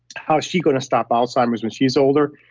how's she going to stop alzheimer's when she's older?